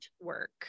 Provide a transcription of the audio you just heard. work